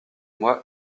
moi